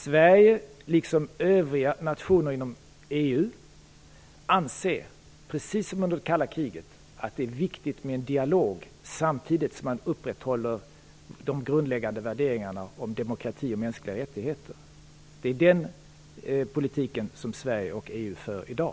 Sverige anser, liksom övriga nationer inom EU, att det, precis som under det kalla kriget, är viktigt med dialog, samtidigt som man upprätthåller de grundläggande värderingarna om demokrati och mänskliga rättigheter. Det är den politiken Sverige och EU för i dag.